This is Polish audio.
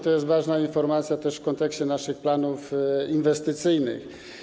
To jest ważna informacja też w kontekście naszych planów inwestycyjnych.